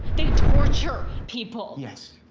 they torture people. yes.